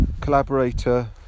collaborator